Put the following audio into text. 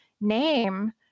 name